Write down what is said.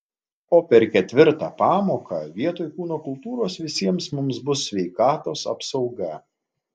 o per ketvirtą pamoką vietoj kūno kultūros visiems mums bus sveikatos apsauga